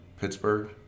Pittsburgh